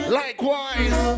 likewise